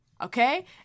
Okay